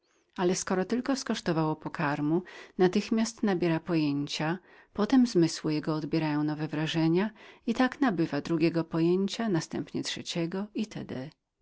ale skoro tylko skosztowało pokarmu natychmiast nabiera pojęcia zmysły jego otrzymują inne wrażenie i tak nabywa jednego pojęcia drugiego trzeciego i